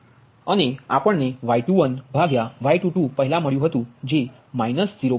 અને આપણને Y21Y22 પહેલાં મળ્યું હતુ જે 0